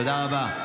תודה רבה.